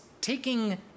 taking